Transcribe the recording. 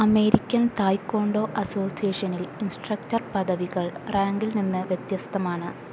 American taekwondo അസോസിയേഷനിൽ instructor പദവികൾ റാങ്കിൽ നിന്ന് വ്യത്യസ്തമാണ്